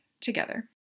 together